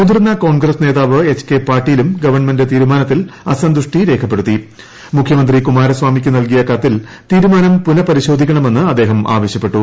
മുതിർന്ന കോൺഗ്രസ് നേതാവ് H K പാട്ടീലും ഗവൺമെന്റ് തീരുമാനത്തിൽ അസന്തുഷ്ടി മുഖ്യമന്ത്രി കുമാരസ്വാമിക്ക് നൽകിയ തീരുമാനം കത്തിൽ പുനപരിശോധിക്കണമെന്ന് അദ്ദേഹം ആവശ്യപ്പെട്ടു